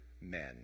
men